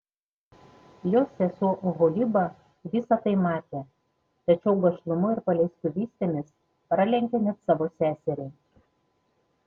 jos sesuo oholiba visa tai matė tačiau gašlumu ir paleistuvystėmis pralenkė net savo seserį